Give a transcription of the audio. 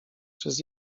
przez